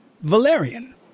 Valerian